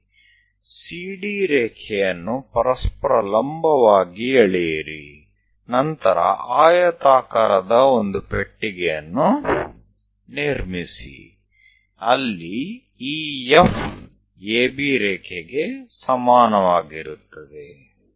પછી એક ખોખું લંબચોરસ ખોખું રચો કે જ્યાં EF એ AB લીટી બરાબર થાય